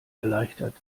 erleichtert